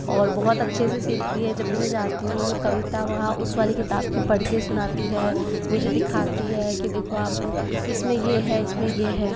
और बहुत अच्छे से सीखती है जब भी मैं जाती हूँ वो कविता वहाँ उस वाली किताब की पढ़कर सुनाती है मुझे दिखाती है कि देखो आप इसमें ये है इसमें ये है